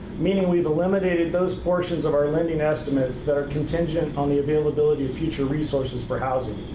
meaning we've eliminated those portions of our lending estimates that are contingent on the availability of future resources for housing.